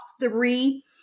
three